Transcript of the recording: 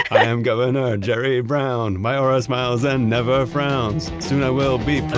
i am governor jerry brown my aura smiles and never frowns soon i will be but